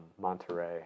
Monterey